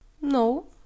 no